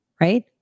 right